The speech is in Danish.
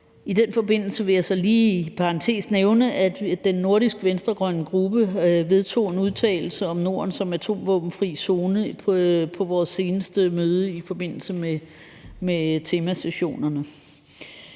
I den forbindelse vil jeg så lige i parentes nævne, at vi i den nordiske venstre-grønne gruppe vedtog en udtalelse om Norden som atomvåbenfri zone på vores seneste møde i forbindelse med temasessionerne.